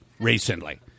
recently